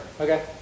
Okay